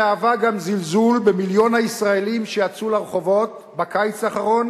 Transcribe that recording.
היא מהווה גם זלזול במיליון הישראלים שיצאו לרחובות בקיץ האחרון